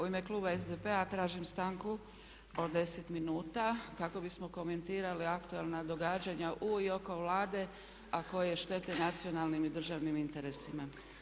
U ime kluba SDP-a tražim stanku od 10 minuta kako bismo komentirali aktualna događanja u i oko Vlade a koje štete nacionalnim i državnim interesima.